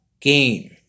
game